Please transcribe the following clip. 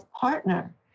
partner